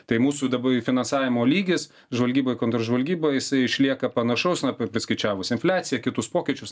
tai mūsų daba ir finansavimo lygis žvalgybai kontržvalgybai jisai išlieka panašus na priskaičiavus infliaciją kitus pokyčius